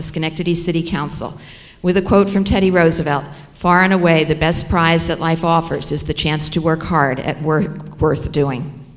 schenectady city council with a quote from teddy roosevelt far and away the best prize that life offers is the chance to work hard at work worth doing